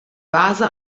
vase